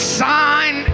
sign